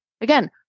Again